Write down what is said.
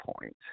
Point